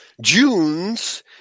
Junes